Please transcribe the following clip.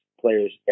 players